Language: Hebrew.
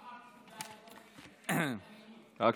אמרתי,